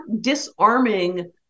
disarming